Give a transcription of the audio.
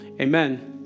Amen